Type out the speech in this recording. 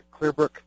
clearbrook